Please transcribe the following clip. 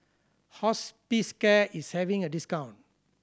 Hospicare is having a discount